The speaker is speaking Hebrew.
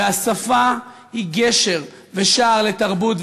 והשפה היא גשר ושער לתרבות,